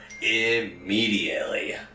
immediately